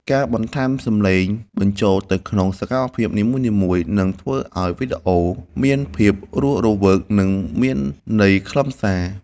ការបន្ថែមសម្លេងបញ្ចូលទៅក្នុងសកម្មភាពនីមួយៗនឹងធ្វើឱ្យវីដេអូមានភាពរស់រវើក និង មានន័យខ្លឹមសារ។